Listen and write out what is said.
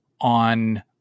on